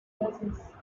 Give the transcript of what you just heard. glasses